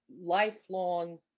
lifelong